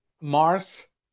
Mars